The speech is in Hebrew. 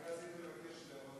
רק רציתי לבקש שזה יועבר